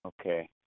Okay